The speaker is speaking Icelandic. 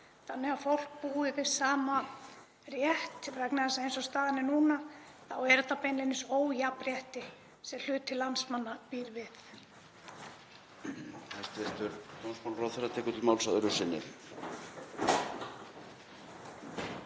þannig að fólk búi við sama rétt? Eins og staðan er núna þá er þetta beinlínis ójafnrétti sem hluti landsmanna býr við.